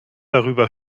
darüber